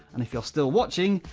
and if you're still watching,